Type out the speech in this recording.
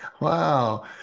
Wow